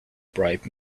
bribe